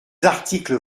articles